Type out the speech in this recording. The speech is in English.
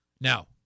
Now